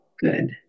good